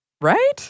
Right